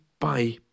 Bye